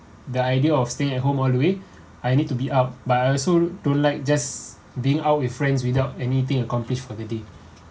the idea of staying at home all the way I need to be up but I also don't like just being out with friends without anything accomplished for the day